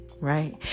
Right